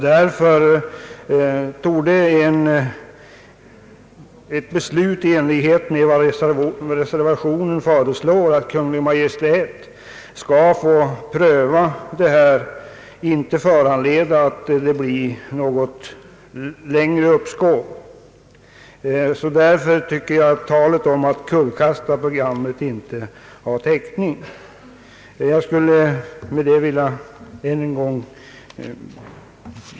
Därför torde ett beslut i enlighet med vad reservationen föreslår, nämligen att Kungl. Maj:t skall få pröva denna fråga, inte föranleda något längre uppskov. Därför anser jag att talet om att kullkasta programmet inte har täckning.